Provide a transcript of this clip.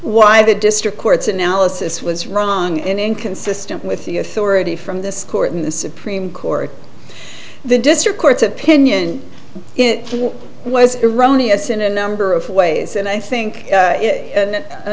why the district court's analysis was wrong and inconsistent with the authority from this court in the supreme court the district court's opinion was eroni as in a number of ways and i think